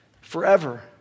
forever